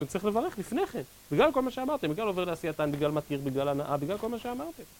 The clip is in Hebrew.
אני צריך לברך לפניכם, בגלל כל מה שאמרתם, בגלל עובר לעשייתן, בגלל מתיר, בגלל הנאה, בגלל כל מה שאמרתם